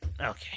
Okay